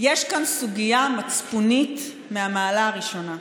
יש כאן סוגיה מצפונית מהמעלה הראשונה.